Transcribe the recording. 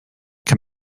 then